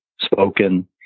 spoken